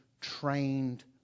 trained